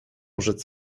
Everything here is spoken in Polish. rzec